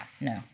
no